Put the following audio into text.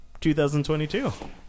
2022